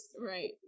right